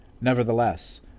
Nevertheless